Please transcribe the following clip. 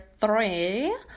three